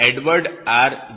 Lewis અને Edward R